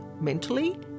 mentally